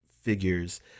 figures